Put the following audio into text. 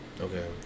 okay